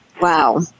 Wow